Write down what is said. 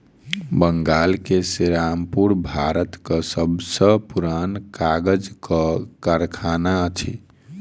बंगाल के सेरामपुर भारतक सब सॅ पुरान कागजक कारखाना अछि